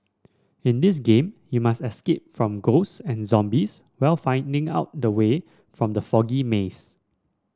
in this game you must escape from ghost and zombies while finding out the way from the foggy maze